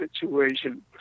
situation